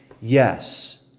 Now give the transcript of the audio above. Yes